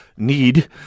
Need